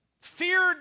feared